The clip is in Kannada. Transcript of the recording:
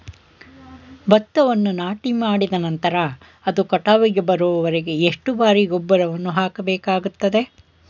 ಭತ್ತವನ್ನು ನಾಟಿಮಾಡಿದ ನಂತರ ಅದು ಕಟಾವಿಗೆ ಬರುವವರೆಗೆ ಎಷ್ಟು ಬಾರಿ ಗೊಬ್ಬರವನ್ನು ಹಾಕಬೇಕಾಗುತ್ತದೆ?